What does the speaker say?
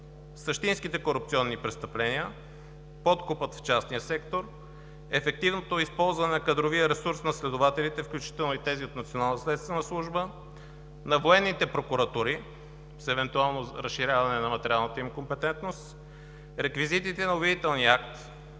същинските корупционни престъпления, подкупа в частния сектор, ефективното използване на кадровия ресурс на следователите, включително и тези от Националната следствена служба, на военните прокуратури с евентуално разширяване на материалната им компетентност, реквизитите на обвинителния акт.